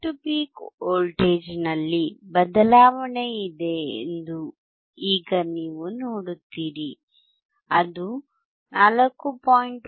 peak to peak ವೋಲ್ಟೇಜ್ನಲ್ಲಿ ಬದಲಾವಣೆ ಇದೆ ಎಂದು ಈಗ ನೀವು ನೋಡುತ್ತೀರಿ ಅದು 4